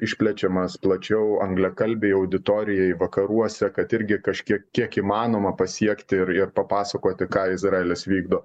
išplečiamas plačiau angliakalbei auditorijai vakaruose kad irgi kažkiek kiek įmanoma pasiekti ir ir papasakoti ką izraelis vykdo